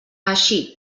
així